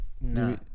No